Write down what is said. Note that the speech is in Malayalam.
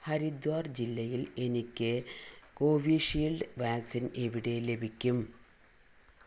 ഹരിദ്വാർ ജില്ലയിൽ എനിക്ക് കോവി ഷീൽഡ് വാക്സിൻ എവിടെ ലഭിക്കും